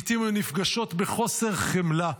לעיתים הן נפגשות בחוסר חמלה.